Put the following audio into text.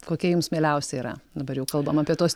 kokie jums mieliausia yra dabar jau kalbam apie tuos